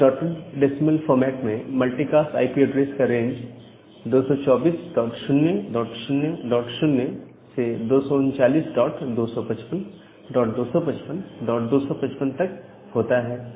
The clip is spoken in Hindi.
इस डॉटेड डेसिमल फॉर्मेट में मल्टीकास्ट आईपी ऐड्रेस का रेंज 224000 से 239255255255 तक होता है